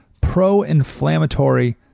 pro-inflammatory